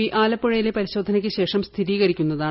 V ആലപ്പുഴയിലെ പരിശോധനയ്ക്ക് ശേഷം സ്ഥിരീകരിക്കുന്നതാണ്